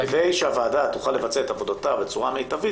כדי שהוועדה תוכל לבצע את עבודתה בצורה מיטבית,